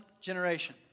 generation